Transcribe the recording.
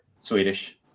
swedish